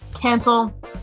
Cancel